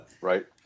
right